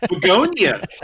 begonia